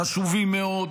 שהם חשובים מאוד,